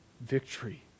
Victory